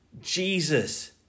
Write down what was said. Jesus